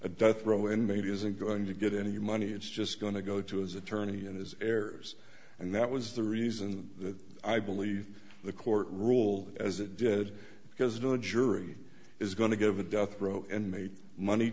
a death row inmate isn't going to get any money it's just going to go to his attorney and his heirs and that was the reason that i believe the court ruled as it did because no jury is going to give a death row inmate money